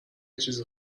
چیزی